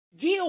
deal